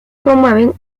promueven